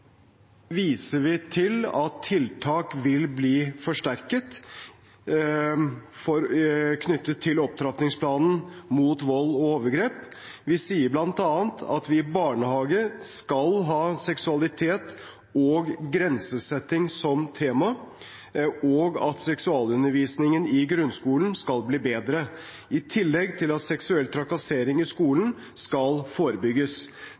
viser vi til at tiltak vil bli forsterket, knyttet til opptrappingsplanen mot vold og overgrep. Vi sier bl.a. at vi i barnehagen skal ha seksualitet og grensesetting som tema, og at seksualundervisningen i grunnskolen skal bli bedre, i tillegg til at seksuell trakassering i skolen skal forebygges.